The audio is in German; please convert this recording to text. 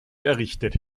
errichtet